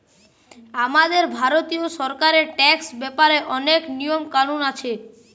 আমাদের ভারতীয় সরকারের ট্যাক্স ব্যাপারে অনেক নিয়ম কানুন আছে